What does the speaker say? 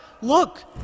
Look